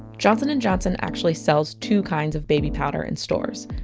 johnson and johnson actually sells two kinds of baby powder in stores.